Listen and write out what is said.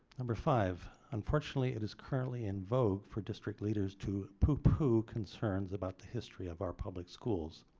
number five. unfortunately it is currently in vogue for district leaders to poo poo concerns about the history of our public schools.